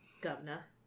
Governor